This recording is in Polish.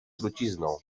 trucizną